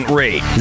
rate